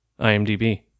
imdb